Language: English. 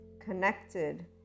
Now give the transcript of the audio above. connected